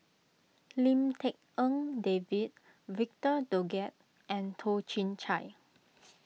Lim Tik En David Victor Doggett and Toh Chin Chye